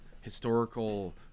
historical